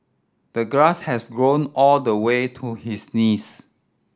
the grass has grown all the way to his knees